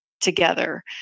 together